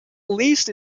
least